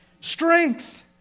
Strength